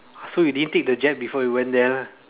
so you didn't take the jab before you went there lah